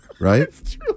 right